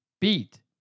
beat